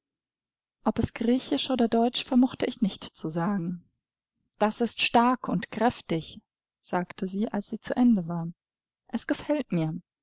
ob es griechisch oder deutsch vermochte ich nicht zu sagen das ist stark und kräftig sagte sie als sie zu ende war es gefällt mir